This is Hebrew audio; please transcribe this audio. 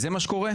זה מה שקןרה?